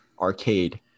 arcade